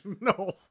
No